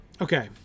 Okay